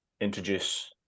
introduce